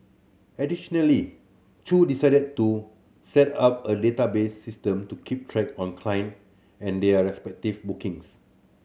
additionally Chew decided to set up a database system to keep track on client and their respective bookings